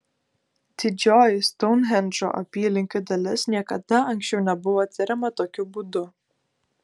didžioji stounhendžo apylinkių dalis niekada anksčiau nebuvo tiriama tokiu būdu